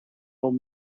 old